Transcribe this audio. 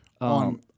On